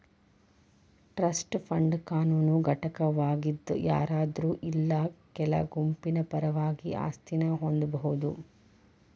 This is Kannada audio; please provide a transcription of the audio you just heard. ಟ್ರಸ್ಟ್ ಫಂಡ್ ಕಾನೂನು ಘಟಕವಾಗಿದ್ ಯಾರಾದ್ರು ಇಲ್ಲಾ ಕೆಲ ಗುಂಪಿನ ಪರವಾಗಿ ಆಸ್ತಿನ ಹೊಂದಬೋದು